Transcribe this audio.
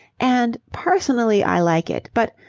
and personally i like it but,